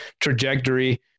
trajectory